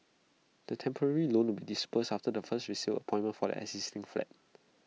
the temporary loan will be disbursed after the first resale appointment for their existing flat